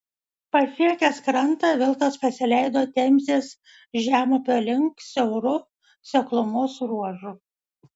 pasiekęs krantą vilkas pasileido temzės žemupio link siauru seklumos ruožu